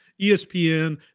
ESPN